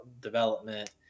development